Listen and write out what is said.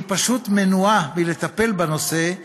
היא פשוט מנועה מלטפל בנושא,